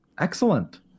Excellent